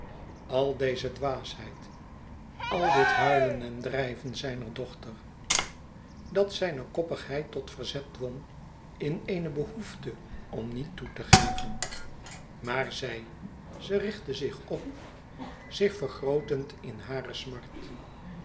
al deze dwaasheid al dit huilen en drijven zijner dochter dat zijne koppigheid tot verzet dwong in eene behoefte om niet toe te geven maar zij ze richtte zich op zich vergrootend in hare smart